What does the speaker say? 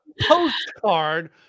postcard